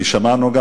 שמענו גם,